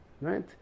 right